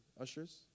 Ushers